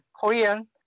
Korean